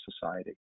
society